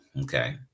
okay